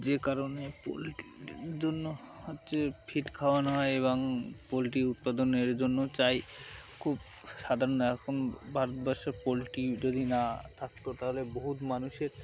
যে কারণে পোলট্রির জন্য হচ্ছে ফিড খাওয়ানো হয় এবং পোলট্রি উৎপাদনের জন্য চাই খুব সাধারণ এখন ভারতবর্ষে পোলট্রি যদি না থাকতো তাহলে বহুত মানুষের